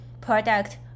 product